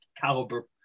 caliber